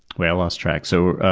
wait, i lost track. so,